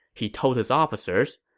he told his officers,